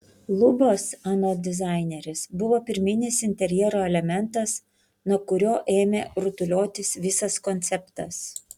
lubos anot dizainerės buvo pirminis interjero elementas nuo kurio ėmė rutuliotis visas konceptas